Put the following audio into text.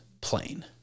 plane